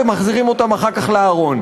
ומחזירים אותם אחר כך לארון,